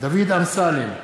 דוד אמסלם,